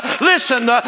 Listen